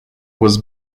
was